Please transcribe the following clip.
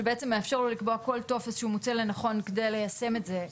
שבעצם מאפשר לו לקבוע כל טופס שהוא מוצא לנכון כדי ליישם את זה.